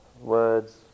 words